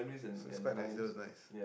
it was quite nice it was nice